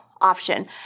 option